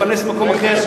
יכולות להתפרנס ממקור אחר,